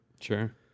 sure